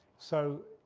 so,